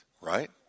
right